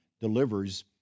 delivers